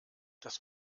das